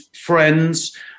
friends